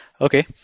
Okay